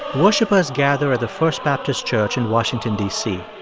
worshippers gather at the first baptist church in washington, d c.